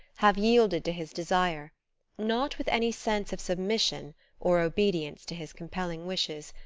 have yielded to his desire not with any sense of submission or obedience to his compelling wishes,